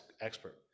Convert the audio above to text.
expert